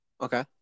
Okay